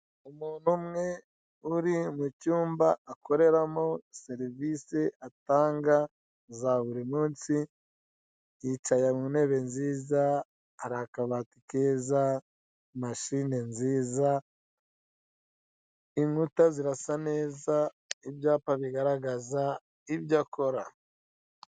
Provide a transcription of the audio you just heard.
Umuntu umwe uri mu cyumba akoreramo serivise atanga za burimunsi yicaye mu ntebe nziza, hari akabati keza, mashine nziza, inkuta zirasa neza, ibyapa bigaragaza ibyo akora.